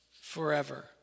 forever